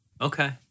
okay